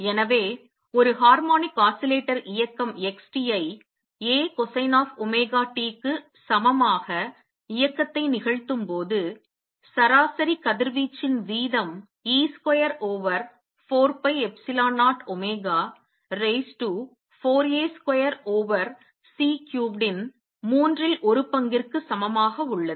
எனவே ஒரு harmonic oscillator இயக்கம் x t ஐ a cosine of omega t க்கு சமமாக இயக்கத்தை நிகழ்த்தும்போது சராசரி கதிர்வீச்சின் வீதம் e square over 4 pi epsilon 0 omega raise to 4 A square over C cubed இன் மூன்றில் ஒரு பங்கிற்கு சமமாக உள்ளது